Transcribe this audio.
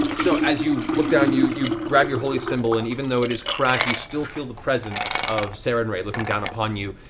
so, as you look down, you you grab your holy symbol, and even though it is cracked, you still feel the presence of sarenrae looking down upon you.